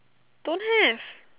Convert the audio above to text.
don't have